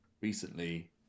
recently